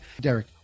Derek